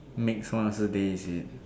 make someone else's day is it